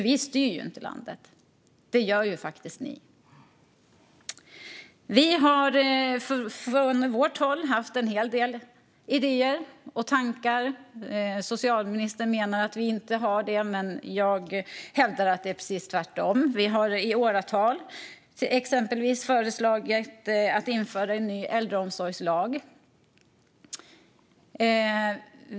Vi styr nämligen inte landet, men det gör faktiskt ni, Lena Hallengren. Från vårt håll har vi haft en hel del idéer och tankar. Socialministern menar att vi inte har det, men jag hävdar att det är precis tvärtom. Vi har i åratal föreslagit exempelvis att man ska införa en ny äldreomsorgslag.